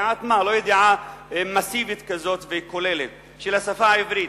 ידיעת-מה היא לא ידיעה מסיבית וכוללת כזאת של השפה העברית.